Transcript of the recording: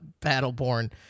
Battleborn